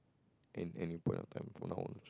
and any point of time from now on